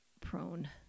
Prone